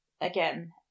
Again